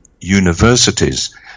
universities